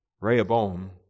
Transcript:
Rehoboam